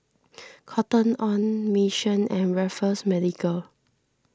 Cotton on Mission and Raffles Medical